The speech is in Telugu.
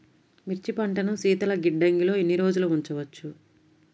మిర్చి పంటను శీతల గిడ్డంగిలో ఎన్ని రోజులు ఉంచవచ్చు?